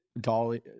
dolly